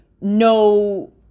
no